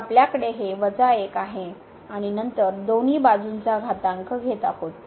तर आपल्याकडे ही 1 आहे आणि नंतर दोन्ही बाजूंचा घातांक घेत आहोत